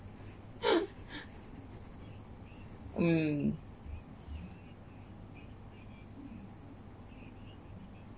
mmhmm